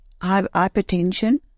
hypertension